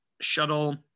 shuttle